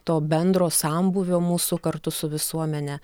to bendro sambūvio mūsų kartu su visuomene